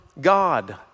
God